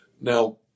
Now